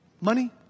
Money